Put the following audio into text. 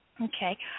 Okay